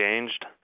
changed